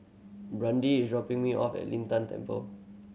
Brandee is dropping me off at Lin Tan Temple